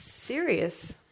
serious